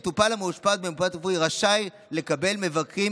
'מטופל המאושפז במוסד רפואי רשאי לקבל מבקרים